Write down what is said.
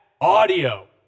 Audio